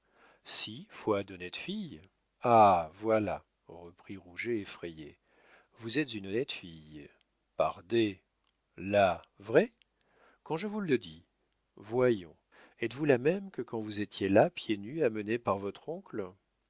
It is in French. si foi d'honnête fille ah voilà reprit rouget effrayé vous êtes une honnête fille pardè là vrai quand je vous le dis voyons êtes-vous la même que quand vous étiez là pieds nus amenée par votre oncle